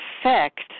effect